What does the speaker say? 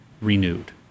renewed